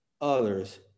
others